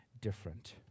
different